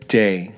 day